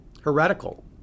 heretical